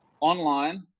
Online